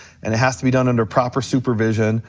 and it has to be done under proper supervision,